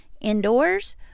indoors